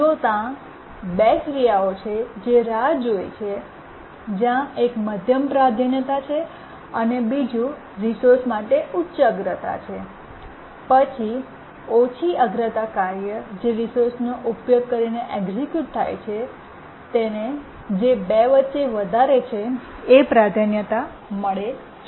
જો ત્યાં 2 ક્રિયાઓ છે જે રાહ જોય છે જ્યાં એક મધ્યમ પ્રાધાન્યતા છે અને બીજું રિસોર્સ માટે ઉચ્ચ અગ્રતા છેપછી ઓછી અગ્રતા કાર્ય જે રિસોર્સનો ઉપયોગ કરીને એક્સિક્યૂટ થાય છે તેને જે 2 વચ્ચે વધારે છે એ પ્રાધાન્યતા મળે છે